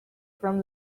from